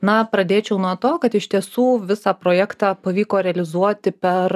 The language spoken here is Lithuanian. na pradėčiau nuo to kad iš tiesų visą projektą pavyko realizuoti per